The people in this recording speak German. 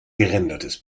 gerendertes